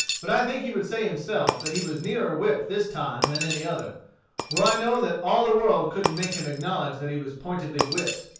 but i think he would say himself that he was nearer whipped this time than any other for i know that all the world couldn't make him acknowledge that he was pointedly whipped.